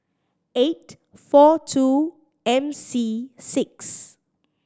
eight four two M C six